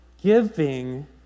giving